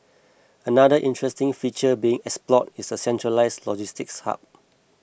another interesting feature being explored is a centralised logistics hub